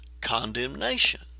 condemnation